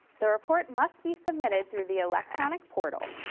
the report must be submitted through the electronic portal.